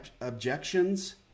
objections